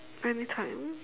anytime